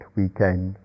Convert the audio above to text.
weekend